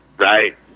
Right